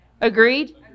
Agreed